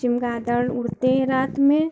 चमगादड़ उड़ते हैं रात में